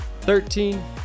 thirteen